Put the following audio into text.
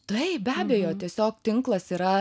taip be abejo tiesiog tinklas yra